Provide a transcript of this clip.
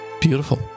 beautiful